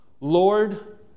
Lord